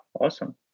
awesome